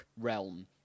realm